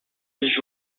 was